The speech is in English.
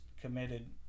committed